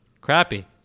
crappy